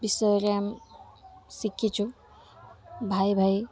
ବିଷୟରେ ଆମେ ଶିଖିଛୁ ଭାଇ ଭାଇ